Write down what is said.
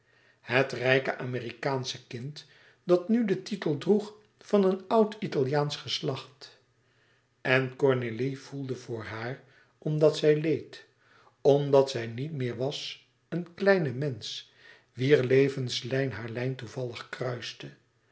het rijke amerikaansche kind dat nu den titel droeg van een oud italiaansch geslacht en cornélie voelde voor haar omdat zij leed omdat zij niet meer was een kleine mensch wier levenslijn haar lijn toevallig kruiste